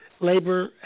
Labor